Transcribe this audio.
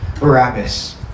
Barabbas